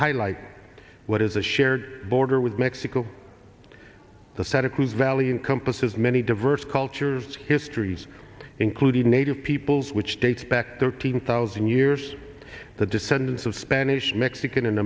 highlight what is a shared border with mexico the sadequee valley encompasses many diverse cultures histories including native peoples which dates back thirteen thousand years the descendants of spanish mexican